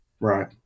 Right